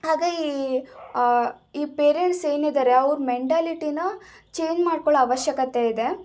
ಆಗ ಈ ಈ ಪೇರೆಂಟ್ಸ್ ಏನಿದ್ದಾರೆ ಅವರ ಮೆಂಟಾಲಿಟಿನ ಚೇಂಜ್ ಮಾಡ್ಕೊಳ್ಳೋ ಅವಶ್ಯಕತೆ ಇದೆ